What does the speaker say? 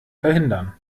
verhindern